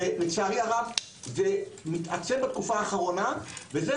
אם מתנהגים שם באלימות ומאיימים על